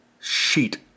sheet